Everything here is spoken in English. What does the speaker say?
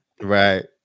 right